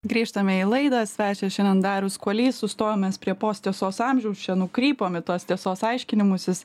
grįžtame į laidą svečias šiandien darius kuolys sustojom mes prie post tiesos amžiaus čia nukrypom į tas tiesos aiškinimusis